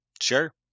Sure